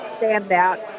standout